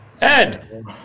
Ed